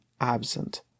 absent